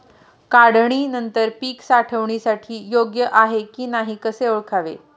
काढणी नंतर पीक साठवणीसाठी योग्य आहे की नाही कसे ओळखावे?